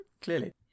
clearly